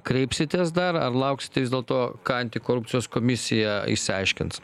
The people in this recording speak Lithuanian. kreipsitės dar ar lauksit vis dėlto ką antikorupcijos komisija išsiaiškins